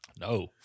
No